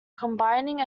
combining